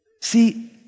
See